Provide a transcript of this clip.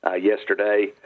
yesterday